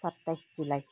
सत्ताइस जुलाई